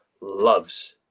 loves